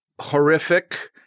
horrific